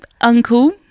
Uncle